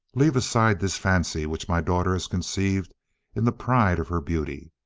leave aside this fancy which my daughter has conceived in the pride of her beauty.